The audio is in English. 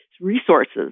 resources